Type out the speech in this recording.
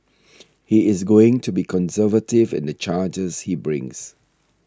he is going to be conservative in the charges he brings